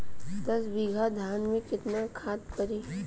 दस बिघा धान मे केतना खाद परी?